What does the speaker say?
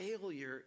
failure